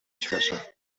treasure